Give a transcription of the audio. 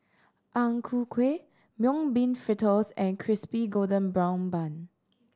Ang Ku Kueh Mung Bean Fritters and Crispy Golden Brown Bun